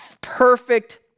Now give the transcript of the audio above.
perfect